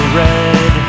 red